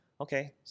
okay